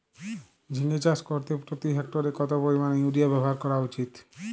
ঝিঙে চাষ করতে প্রতি হেক্টরে কত পরিমান ইউরিয়া ব্যবহার করা উচিৎ?